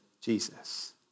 Jesus